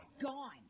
gone